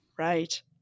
Right